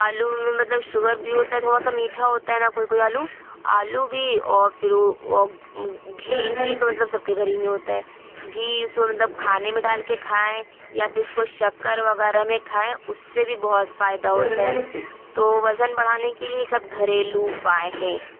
آلو میں مطلب شگر بھی ہوتا ہے تھوڑا سا میٹھا ہوتا ہے نا کوئی کوئی آلو آلو بھی اور پھر گھی گھی تو مطلب سب کے گھر ہی میں ہوتا ہے گھی اس کو مطلب کھانے میں ڈال کے کھائیں یا پھر اس کو شکر وغیرہ میں کھائیں اس سے بھی بہت فائدہ ہوتا ہے تو وزن بڑھانے کے لیے یہ سب گھریلو اپائے ہیں